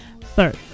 Third